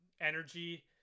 energy